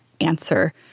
answer